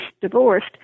divorced